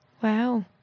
Wow